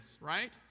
right